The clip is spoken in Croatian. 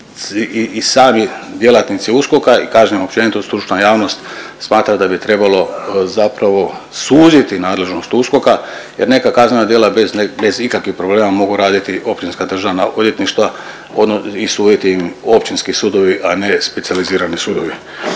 I sami djelatnici USKOK-a i kažem općenito stručna javnost smatra da bi trebalo zapravo suziti nadležnost USKOK-a, jer neka kaznena djela bez ikakvih problema mogu raditi općinska državna odvjetništva i suditi im općinski sudovi, a ne specijalizirani sudovi.